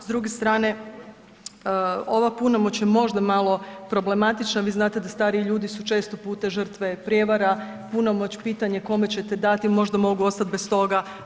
S druge strane, ova punomoć je možda malo problematična, vi znate da stariji ljudi su često puta žrtve prijevara, punomoć, pitanje kome ćete dati, možda mogu ostati bez toga.